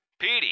Petey